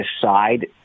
decide